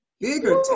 bigger